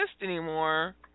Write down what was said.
anymore